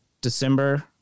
December